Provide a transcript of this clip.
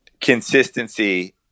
consistency